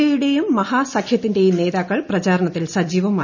A യുടെയും മഹാസഖ്യത്തിന്റെയും നേതാക്കൾ പ്രചാരണത്തിൽ സജീവമായി